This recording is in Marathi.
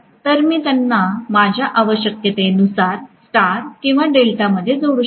तर मी त्यांना माझ्या आवश्यकतेनुसार स्टार किंवा डेल्टामध्ये जोडू शकते